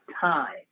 time